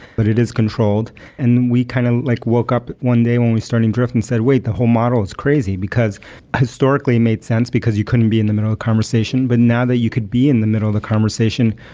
but it is controlled and we kind of like woke up one day when we're starting drift and said, wait, the whole model is crazy, because historically it made sense, because you couldn't be in the middle of a conversation. but now that you could be in the middle of the conversation,